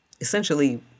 essentially